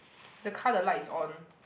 the car the light is on